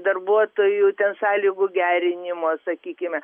darbuotojų ten sąlygų gerinimo sakykime